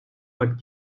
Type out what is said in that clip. but